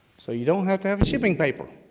so you don't have to have shipping paper,